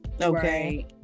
okay